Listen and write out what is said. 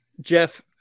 Jeff